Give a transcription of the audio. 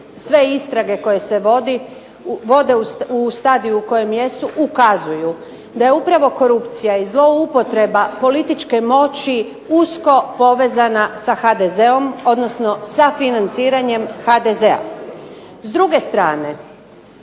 sve istrage koje se vode u stadiju u kojem jesu ukazuju da je upravo korupcija i zloupotreba političke moći usko povezana sa HDZ-om odnosno sa financiranjem HDZ-a.